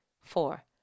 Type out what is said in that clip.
Four